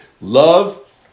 Love